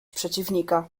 przeciwnika